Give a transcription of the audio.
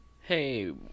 hey